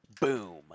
boom